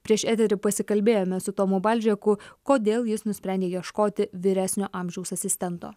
prieš eterį pasikalbėjome su tomu baldžeku kodėl jis nusprendė ieškoti vyresnio amžiaus asistento